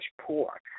poor